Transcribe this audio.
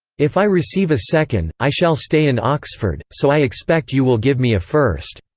if i receive a second, i shall stay in oxford, so i expect you will give me a first.